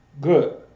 Good